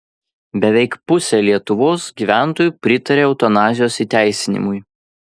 beveik pusė lietuvos gyventojų pritaria eutanazijos įteisinimui